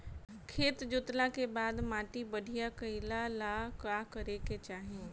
खेत जोतला के बाद माटी बढ़िया कइला ला का करे के चाही?